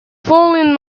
fallen